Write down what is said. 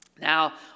Now